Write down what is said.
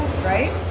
Right